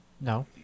No